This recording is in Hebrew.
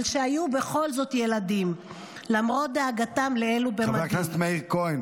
על שהיו בכל זאת ילדים למרות דאגתם לאלו במדים --" חבר הכנסת מאיר כהן.